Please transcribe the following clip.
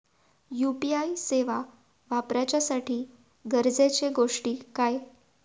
UPI सेवा वापराच्यासाठी गरजेचे गोष्टी काय?